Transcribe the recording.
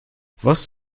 was